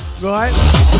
Right